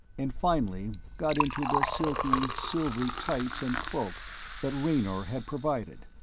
and finally got into the silky, silvery tights and cloak that raynor had provided.